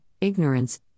ignorance